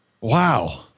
Wow